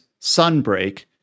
Sunbreak